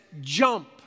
jump